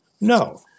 No